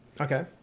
Okay